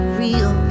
real